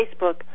Facebook